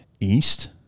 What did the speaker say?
east